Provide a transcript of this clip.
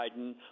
Biden